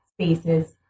spaces